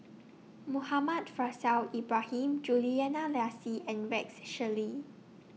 Muhammad Faishal Ibrahim Juliana Yasin and Rex Shelley